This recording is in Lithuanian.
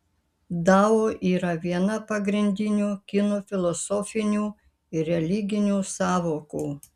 dao yra viena pagrindinių kinų filosofinių ir religinių sąvokų